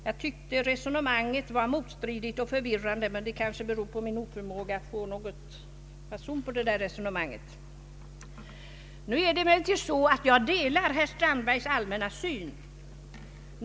Jag tyckte att resonemanget var motstridigt och förvirrande, men det kanske beror på min oförmåga att få någon fason på det. Jag delar emellertid herr Strandbergs allmänna syn.